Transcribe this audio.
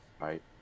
right